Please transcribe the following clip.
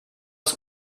ist